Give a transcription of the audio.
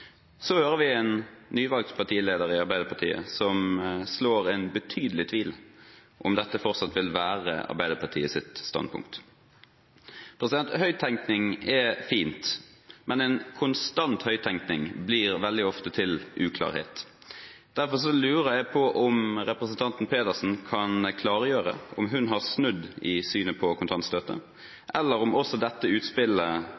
Så hører vi en nyvalgt partileder i Arbeiderpartiet som sår betydelig tvil om hvorvidt dette fortsatt vil være Arbeiderpartiets standpunkt. Høyttenkning er fint, men konstant høyttenkning blir veldig ofte til uklarhet. Derfor lurer jeg på om representanten Pedersen kan klargjøre om hun har snudd i synet på